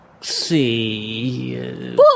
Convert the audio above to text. See